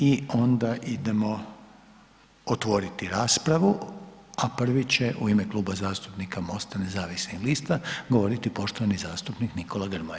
I onda idemo otvoriti raspravu, a prvi će u ime Kluba zastupnika MOST-a nezavisnih lista govoriti poštovani zastupnik Nikola Grmoja.